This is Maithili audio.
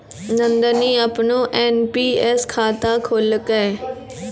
नंदनी अपनो एन.पी.एस खाता खोललकै